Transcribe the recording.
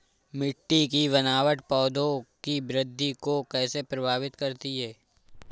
मिट्टी की बनावट पौधों की वृद्धि को कैसे प्रभावित करती है?